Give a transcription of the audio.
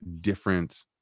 different